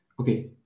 okay